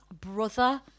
brother